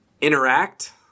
interact